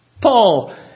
Paul